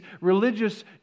religious